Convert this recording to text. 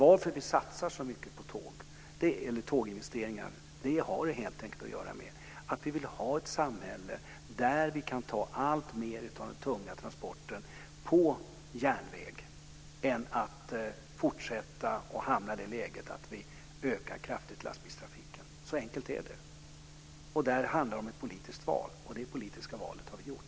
Att vi satsar så mycket på tåginvesteringar har helt enkelt att göra med att vi vill ha ett samhälle där vi kan ta alltmer av de tunga transporterna på järnväg, i stället för att fortsätta och hamna i det läget att vi kraftigt ökar lastbilstrafiken. Så enkelt är det. Det handlar om ett politiskt val, och det politiska valet har vi gjort.